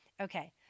okay